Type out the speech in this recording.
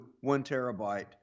one-terabyte